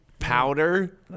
Powder